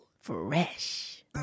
fresh